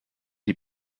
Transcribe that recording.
die